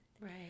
Right